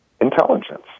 intelligence